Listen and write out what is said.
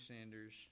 Sanders